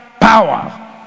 power